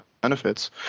benefits